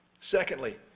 Secondly